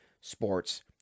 sports